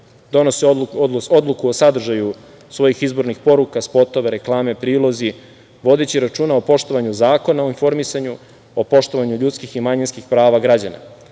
donose odluku o sadržaju svojih izbornih poruka, spotova, reklame, prilozi, vodeći računa o poštovanju Zakona o informisanju, o poštovanju ljudskih i manjinskih prava građana.